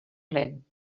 lent